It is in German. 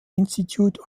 institute